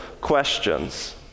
questions